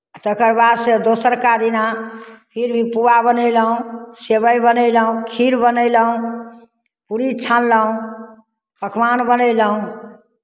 तकर बादसँ दोसरका दिना फिर भी पुआ बनयलहुँ सेवइ बनयलहुँ खीर बनयलहुँ पूरी छानलहुँ पकवान बनयलहुँ